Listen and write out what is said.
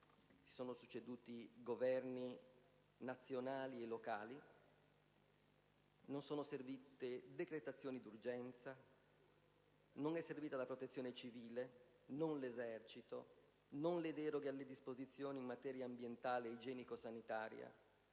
si sono succeduti Governi nazionali e locali, non sono servite decretazioni d'urgenza, non è servita la Protezione civile, non l'Esercito, non le deroghe alle disposizioni in materia ambientale e igienico-sanitaria,